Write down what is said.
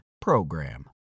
PROGRAM